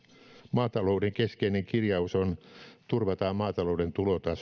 maatalouden keskeinen kirjaus on turvata maatalouden